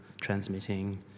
transmitting